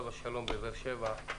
עליו השלום, בבאר שבע,